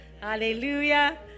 Hallelujah